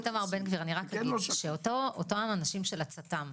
אותם אנשים של הצט"ם,